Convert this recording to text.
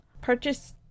Purchase